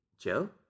Joe